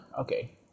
okay